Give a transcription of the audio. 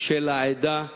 של העדה בעדה.